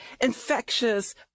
infectious